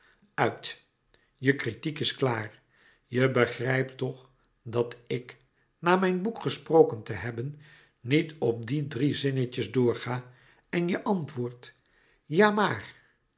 uit je kritiek is klaar je begrijpt toch dat ik na mijn boek gesproken te hebben niet op die drie zinnetjes doorga en je antwoord ja maar